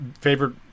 favorite